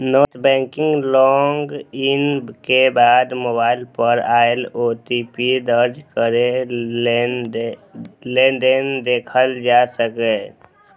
net banking log in के बाद mobile पर आयल ओ.टी.पी दर्ज कैरके लेनदेन देखल जा सकैए